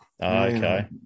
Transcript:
okay